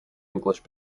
english